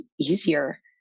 easier